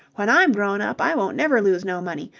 when i'm grown up, i won't never lose no money.